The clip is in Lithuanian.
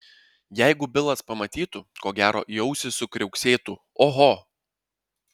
jeigu bilas pamatytų ko gero į ausį sukriuksėtų oho